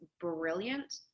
brilliant